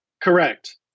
Correct